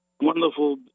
wonderful